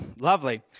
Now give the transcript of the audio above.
Lovely